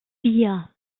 vier